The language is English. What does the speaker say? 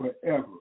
forever